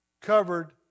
covered